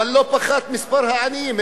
אלא שלא פחת מספר העניים,